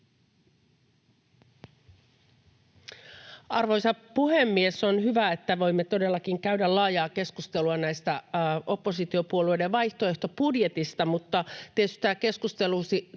Arvoisa puhemies! On hyvä, että voimme todellakin käydä laajaa keskustelua näistä oppositiopuolueiden vaihtoehtobudjeteista, mutta tietysti tämä keskustelu